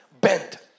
bend